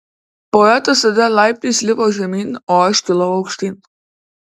poetas tada laiptais lipo žemyn o aš kilau aukštyn